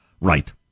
Right